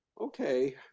Okay